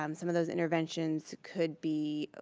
um some of those interventions could be